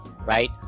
right